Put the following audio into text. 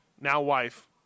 now-wife